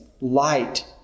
light